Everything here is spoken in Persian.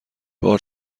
بار